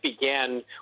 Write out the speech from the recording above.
began